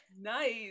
Nice